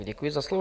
Děkuji za slovo.